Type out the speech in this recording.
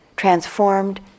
transformed